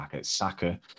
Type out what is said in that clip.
Saka